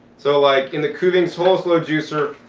so like in the kuvings whole slow juicer,